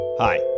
Hi